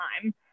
time